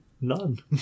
none